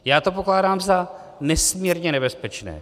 Já to pokládám za nesmírně nebezpečné.